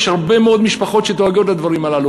יש הרבה מאוד משפחות שדואגות מהדברים הללו,